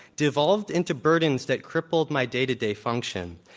devolved into burdens that crippled my day-to-day function.